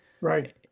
right